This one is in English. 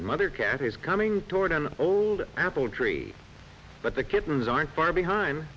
mother cat is coming toward an old apple tree but the kittens aren't far behind